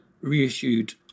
reissued